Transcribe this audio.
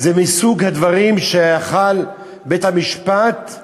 זה מסוג הדברים שבית-המשפט היה